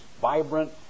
vibrant